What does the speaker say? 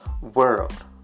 world